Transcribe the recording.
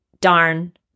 darn